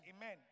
Amen